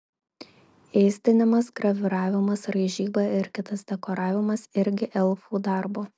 ėsdinimas graviravimas raižyba ir kitas dekoravimas irgi elfų darbo